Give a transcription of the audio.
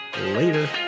Later